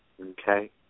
Okay